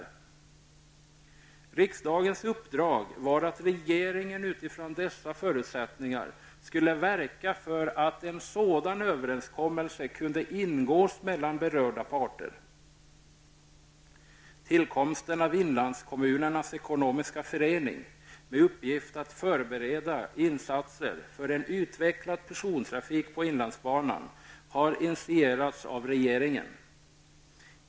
Riksdagens uppdrag var att regeringen, utifrån dessa förutsättningar, skulle verka för att en sådan överenskommelse kunde ingås mellan berörda parter. Förening -- med uppgift att förbereda insatser för en utvecklad persontrafik på inlandsbanan -- har initierats av regeringen.